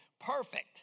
perfect